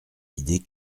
idées